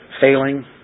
failing